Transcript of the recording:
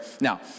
Now